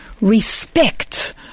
respect